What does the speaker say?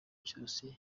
cyose